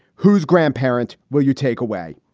whose grandparents will you take away?